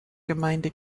gemeinde